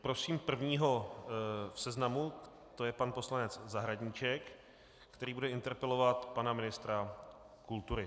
Prosím prvního v seznamu, to je pan poslanec Zahradníček, který bude interpelovat pana ministra kultury.